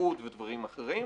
בריאות ודברים אחרים,